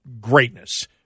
greatness